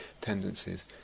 tendencies